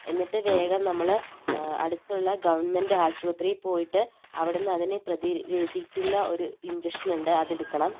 എന്നിട്ട് വേഗം നമ്മൾ അടുത്തുള്ള ഗവൺമെൻറ്റ് ആശുപത്രിയിൽ പോയിട്ട് അവിടെ നിന്ന് അതിനെ പ്രതിരോധിക്കുന്ന ഒരു ഇഞ്ചക്ഷൻ ഉണ്ട് അത് എടുക്കണം